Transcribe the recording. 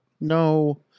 No